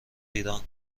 ایران